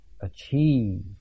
achieve